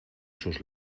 sus